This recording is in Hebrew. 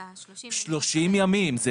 אלא 30 ימים ---- 30 ימים,